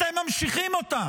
אתם ממשיכים אותה.